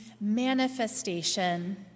manifestation